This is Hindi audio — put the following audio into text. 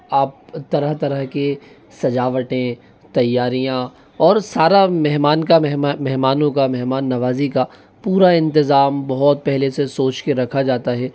आप तरह तरह की सजावटें तैयारियाँ और सारा मेहमान का मेहमानों का मेहमान नवाज़ी का पूरा इंतजाम बहुत पहले से सोच के रखा जाता है